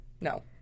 No